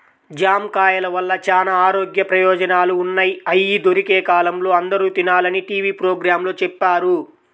జాంకాయల వల్ల చానా ఆరోగ్య ప్రయోజనాలు ఉన్నయ్, అయ్యి దొరికే కాలంలో అందరూ తినాలని టీవీ పోగ్రాంలో చెప్పారు